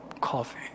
coffee